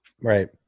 Right